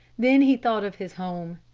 then he thought of his home,